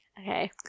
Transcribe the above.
Okay